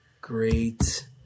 Great